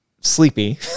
sleepy